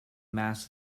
mass